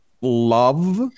love